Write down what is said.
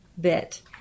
bit